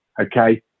okay